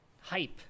hype